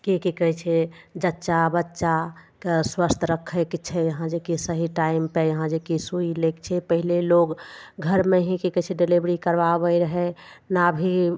की कि कहय छै जच्चा बच्चाके स्वस्थ रखयके छै यहाँ जे कि सही टाइमपर यहाँ जे कि सुइ लएके छै पहिले लोग घरमे ही कि कहय छै डिलेवरी करबाबय रहय नाभी